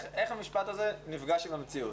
איך המשפט הזה נפגש עם המציאות?